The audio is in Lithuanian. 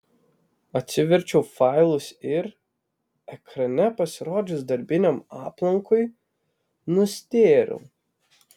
atsiverčiau failus ir ekrane pasirodžius darbiniam aplankui nustėrau